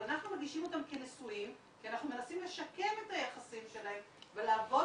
אבל אנחנו מגישים אותם כנשואים כי אנחנו מנסים לשקם את היחסים שלהם ולעבוד